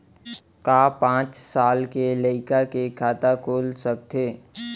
का पाँच साल के लइका के खाता खुल सकथे?